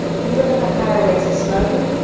you look at the higher rates of smoking,